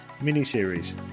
mini-series